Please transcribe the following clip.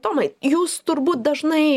tomai jūs turbūt dažnai